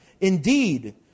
Indeed